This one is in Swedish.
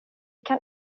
kan